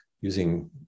using